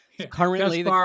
Currently